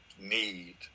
need